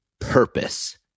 purpose